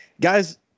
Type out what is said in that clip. guys